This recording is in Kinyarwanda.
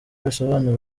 bisobanura